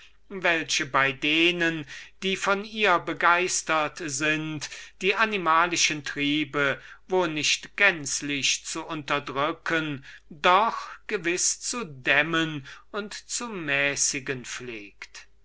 welche bei denenjenigen die von ihr begeistert sind die animalischen triebe wo nicht gänzlich zu unterdrücken doch gewiß zu dämmen und zu mäßigen pflegt